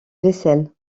vaisselle